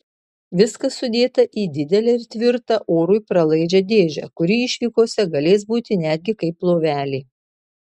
viskas sudėta į didelę ir tvirtą orui pralaidžią dėžę kuri išvykose galės būti netgi kaip lovelė